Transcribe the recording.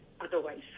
otherwise